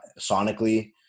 sonically